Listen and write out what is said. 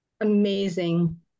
amazing